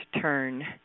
TURN